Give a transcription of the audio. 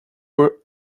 were